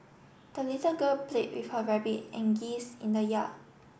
the little girl play with her rabbit and geese in the yard